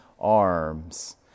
arms